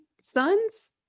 sons